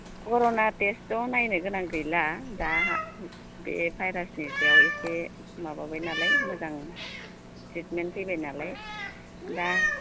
कर'ना टेस्टथ' नायनो गोनां गैला दा बे भाइराजनि सायाव एसे माबाबाय नालाय मोजां ट्रेटमेन्ट फैबाय नालाय दा